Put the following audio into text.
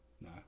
No